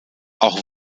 auch